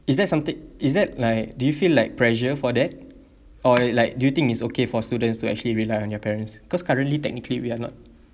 is that somethi~ is that like do you feel like pressure for that or like do you think it's okay for students to actually rely on their parents cause currently technically we are not